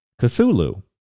Cthulhu